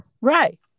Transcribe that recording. Right